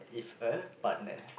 if a partner